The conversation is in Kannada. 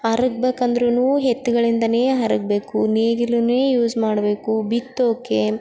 ಹರಗ ಬೇಕಂದ್ರೂ ಎತ್ತುಗಳಿಂದಲೇ ಹರಗಬೇಕು ನೇಗಿಲನ್ನೇ ಯೂಸ್ ಮಾಡಬೇಕು ಬಿತ್ತೋಕೆ